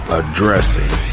addressing